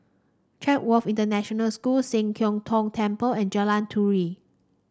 Chatsworth International School Sian Keng Tong Temple and Jalan Turi